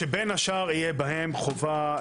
שבין השאר יהיה בהם חובה,